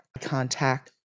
contact